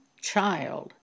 child